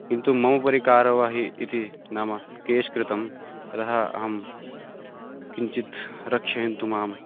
किन्तु मम उपरि कारवाहि इति नाम केस् कृतम् अतः अहं किञ्चित् रक्षयन्तु मां